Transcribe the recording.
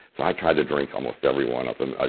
so i tried to drink almost every one of them. ah